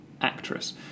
actress